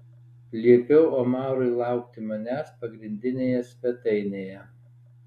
liepiau omarui laukti manęs pagrindinėje svetainėje